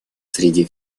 среди